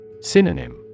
Synonym